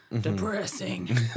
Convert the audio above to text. depressing